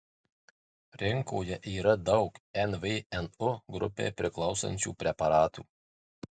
rinkoje yra daug nvnu grupei priklausančių preparatų